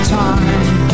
time